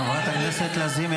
חברת הכנסת לזימי,